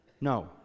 No